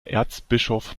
erzbischof